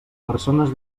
persones